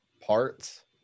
parts